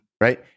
Right